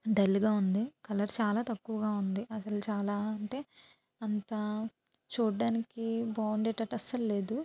డల్గా ఉంది కలర్ చాలా తక్కువగా ఉంది అసలు చాలా అంటే అంతా చూడ్డానికి బాగుండేటట్టు అస్సలు లేదు